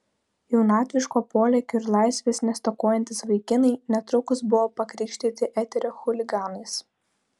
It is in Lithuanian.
jaunatviško polėkio ir laisvės nestokojantys vaikinai netrukus buvo pakrikštyti eterio chuliganais